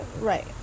Right